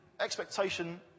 expectation